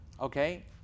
Okay